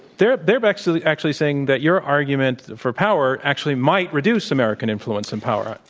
they're they're actually actually saying that your argument for power actually might reduce american influence and power.